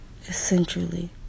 essentially